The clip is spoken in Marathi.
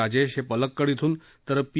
राजेश हे पलक्कड इथून तर पी